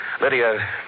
Lydia